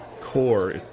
core